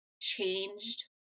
changed